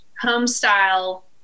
home-style